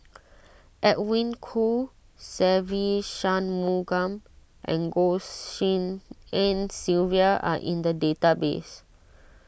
Edwin Koo Se Ve Shanmugam and Goh Tshin En Sylvia are in the database